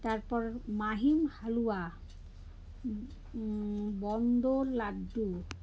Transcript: তারপর মাহিম হালুয়া বোঁদের লাড্ডু